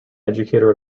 educator